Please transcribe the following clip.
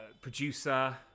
producer